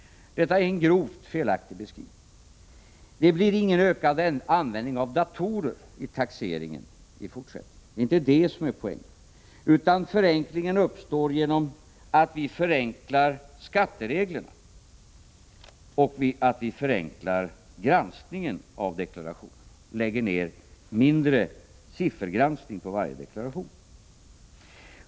Detta är en grovt felaktig beskrivning. Det blir ingen ökad användning av datorer i taxeringen i fortsättningen. Det är inte det som är poängen. Förenklingen uppstår genom att vi förenklar skattereglerna och genom att vi förenklar granskningen av deklarationerna — genom att man använder mindre siffergranskning för varje deklaration.